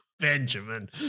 Benjamin